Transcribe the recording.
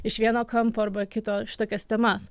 iš vieno kampo arba kito šitokias temas